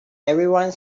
everyone